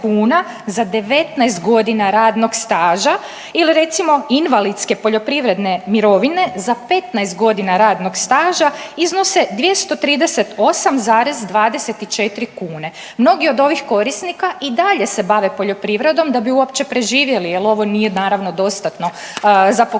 za 19 godina radnog staža ili recimo invalidske poljoprivredne mirovine za 15 godina radnog staža iznose 238,24 kune. Mnogi od ovih korisnika i dalje se bave poljoprivrednom da bi uopće preživjeli jer ovo nije naravno dostatno za pokrivanje